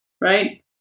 right